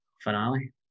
finale